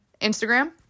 Instagram